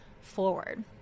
forward